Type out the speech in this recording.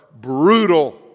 brutal